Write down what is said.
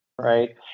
right